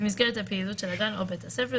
במסגרת הפעילות של הגן או בית הספר,